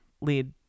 lead